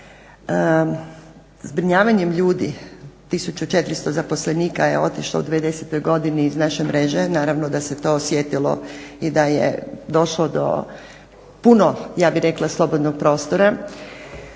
zbrinjavanjem ljudi 1400 zaposlenika je otišlo u 2010. godini iz naše mreže. Naravno da se to osjetilo i da je došlo do puno ja bih rekla slobodnog prostora,